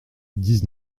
dix